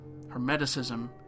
Hermeticism